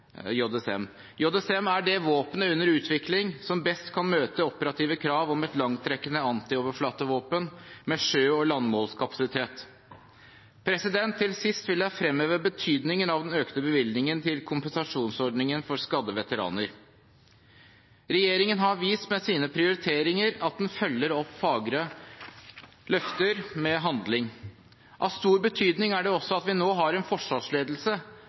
JSM er det våpen under utvikling som best kan møte operative krav om et langtrekkende antioverflatevåpen med sjø- og landmålskapasitet. Til sist vil jeg fremheve betydningen av den økte bevilgningen til kompensasjonsordningen for skadde veteraner. Regjeringen har vist med sine prioriteringer at den følger opp fagre løfter med handling. Av stor betydning er det også at vi nå har en forsvarsledelse